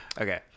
Okay